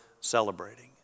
celebrating